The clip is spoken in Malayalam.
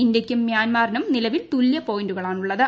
ഇന്ത്യയ്ക്കും മ്യാൻമാറിനും നിലവിൽ തുല്യ പോയിന്റാണുള്ളത്